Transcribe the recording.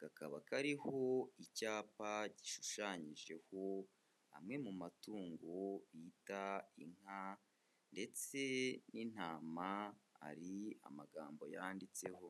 kakaba kariho icyapa gishushanyijeho amwe mu matungo bita inka ndetse n'intama, hari amagambo yanditseho.